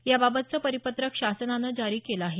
याबाबतचं परिपत्रक शासनानं जारी केलं आहे